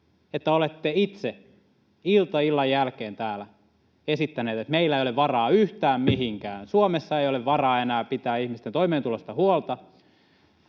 että olette itse ilta illan jälkeen täällä esittänyt, että meillä ei ole varaa yhtään mihinkään, Suomessa ei ole varaa enää pitää ihmisten toimeentulosta huolta,